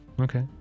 Okay